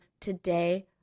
today